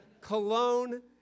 cologne